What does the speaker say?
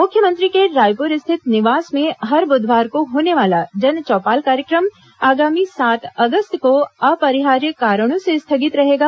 मुख्यमंत्री के रायपुर स्थित निवास में हर बुधवार को होने वाला जन चौपाल कार्यक्रम आगामी सात अगस्त को अपरिहार्य कारणों से स्थगित रहेगा